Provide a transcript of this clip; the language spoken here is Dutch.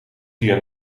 via